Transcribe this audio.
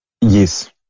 Yes